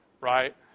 right